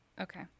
Okay